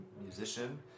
musician